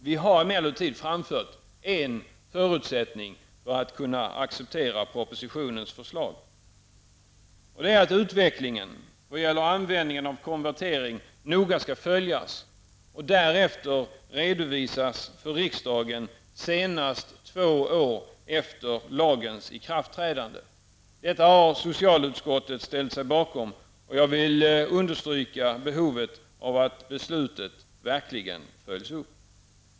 Vi har emellertid framfört en förutsättning för att kunna acceptera propositionens förslag, och det är att utvecklingen vad gäller användningen av konvertering noga skall följas och därefter redovisas för riksdagen senast två år efter lagens ikraftträdande. Detta har socialutskottet ställt sig bakom, och jag vill understryka behovet av att beslutet verkligen följs upp.